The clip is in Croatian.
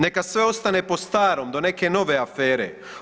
Neka sve ostane po starom do neke nove afere.